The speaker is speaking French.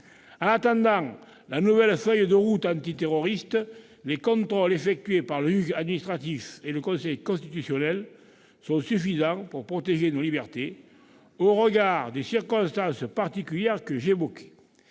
En attendant la nouvelle feuille de route antiterroriste, les contrôles effectués par le juge administratif et le Conseil constitutionnel sont suffisants pour protéger nos libertés, au regard des circonstances particulières que j'évoquais.